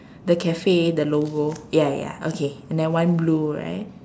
the cafe the logo ya ya okay and then one blue right